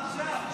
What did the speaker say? מה עכשיו?